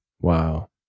Wow